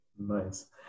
Nice